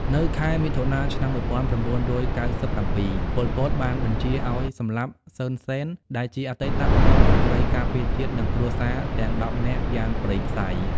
នៅខែមិថុនា ឆ្នាំ១៩៩៧ ប៉ុល ពត បានបញ្ជាឱ្យសម្លាប់ សឺន សេន ដែលជាអតីតរដ្ឋមន្ត្រីការពារជាតិ និងគ្រួសារទាំងដប់នាក់យ៉ាងព្រៃផ្សៃ។